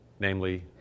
Namely